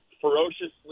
ferociously